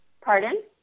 Pardon